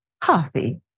coffee